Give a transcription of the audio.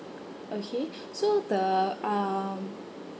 okay so the um